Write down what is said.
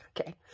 okay